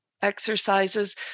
exercises